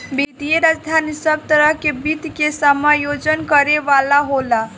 वित्तीय राजधानी सब तरह के वित्त के समायोजन करे वाला होला